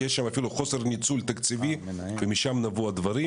שיש שמה אפילו חוסר ניצול תקציבי ומשם נבעו הדברים